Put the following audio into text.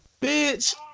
Bitch